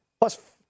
plus